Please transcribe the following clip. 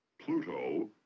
Pluto